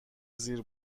زیر